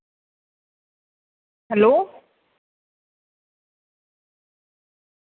hello